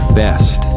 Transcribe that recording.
best